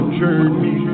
journey